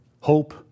hope